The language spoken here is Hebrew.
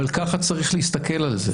אבל ככה צריך להסתכל על זה.